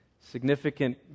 significant